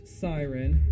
siren